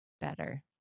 better